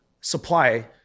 supply